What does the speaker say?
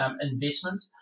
investment